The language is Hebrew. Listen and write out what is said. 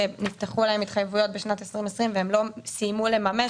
שנפתחו להן התחייבויות בשנת 2020 והן לא סיימו לממש,